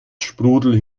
sprudel